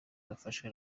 bafashwe